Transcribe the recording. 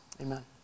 Amen